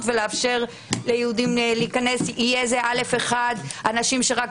ולאפשר ליהודים להיכנס או באשרת כניסה א/1 או אנשים שרק